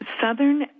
Southern